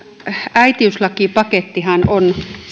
äitiyslakipakettihan on